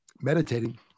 meditating